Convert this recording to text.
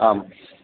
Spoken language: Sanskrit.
आम्